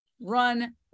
run